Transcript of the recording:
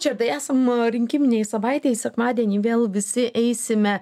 čia beje esam rinkiminėj savaitėj sekmadienį vėl visi eisime